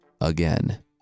again